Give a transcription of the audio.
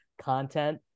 content